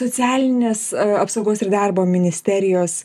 socialinės apsaugos ir darbo ministerijos